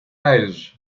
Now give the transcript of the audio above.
eyes